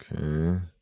okay